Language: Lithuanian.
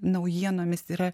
naujienomis yra